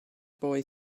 boy